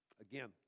Again